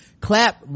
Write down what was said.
Clap